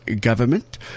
Government